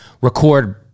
record